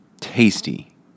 tasty